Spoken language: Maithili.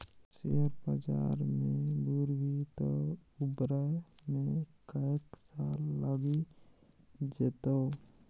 शेयर बजार मे बुरभी तँ उबरै मे कैक साल लगि जेतौ